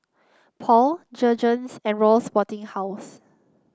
Paul Jergens and Royal Sporting House